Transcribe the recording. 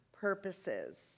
purposes